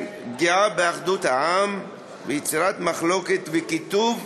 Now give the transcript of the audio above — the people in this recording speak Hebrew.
יהיו פגיעה באחדות העם ויצירת מחלוקת וקיטוב.